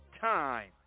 time